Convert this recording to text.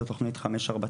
זו תוכנית 549,